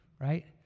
right